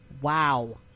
Wow